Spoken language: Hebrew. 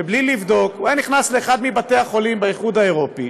ובלי לבדוק הוא היה נכנס לאחד מבתי-החולים באיחוד האירופי,